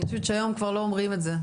אני חושבת שהיום כבר לא אומרים את זה,